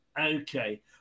Okay